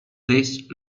this